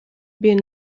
been